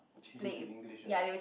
change it to English ah